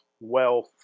wealth